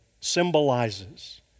symbolizes